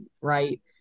right